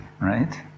right